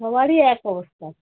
সবারই এক অবস্থা